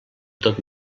tot